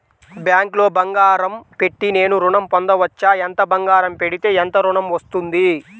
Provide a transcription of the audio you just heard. బ్యాంక్లో బంగారం పెట్టి నేను ఋణం పొందవచ్చా? ఎంత బంగారం పెడితే ఎంత ఋణం వస్తుంది?